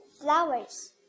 flowers